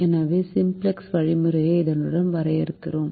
எனவே சிம்ப்ளக்ஸ் வழிமுறையை இதனுடன் வரைபடமாக்குவோம்